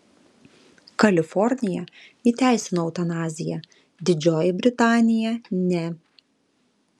kalifornija įteisino eutanaziją didžioji britanija ne